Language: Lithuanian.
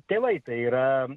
tėvai tai yra